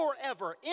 forever